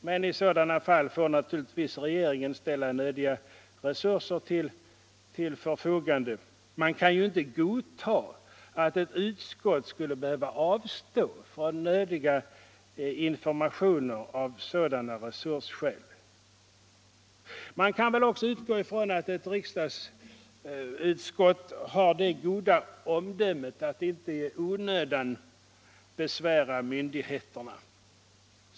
Men i så fall får naturligtvis regeringen ställa nödiga resurser till förfogande. Man kan inte godta att ett utskott skall behöva avstå från nödiga informationer av sådana resursskäl. Man kan väl också utgå ifrån att riksdagsutskotten har det goda omdömet att inte i onödan besvära myndigheterna.